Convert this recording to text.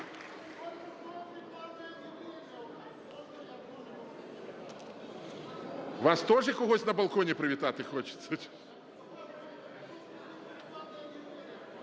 Вам теж когось на балконі привітати хочеться?